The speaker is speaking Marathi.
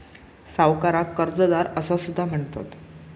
सावकाराक कर्जदार असा सुद्धा म्हणतत